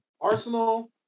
arsenal